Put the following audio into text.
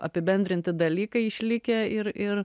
apibendrinti dalykai išlikę ir ir